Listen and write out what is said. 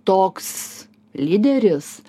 toks lyderis